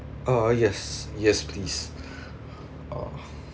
uh yes yes please )ppo)